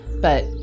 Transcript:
but-